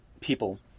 people